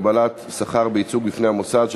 הגבלת שכר בייצוג בפני המוסד),